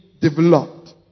developed